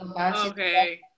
Okay